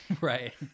Right